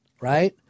right